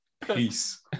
Peace